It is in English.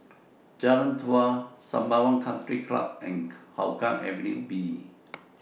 Jalan Dua Sembawang Country Club and Hougang Avenue B